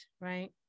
right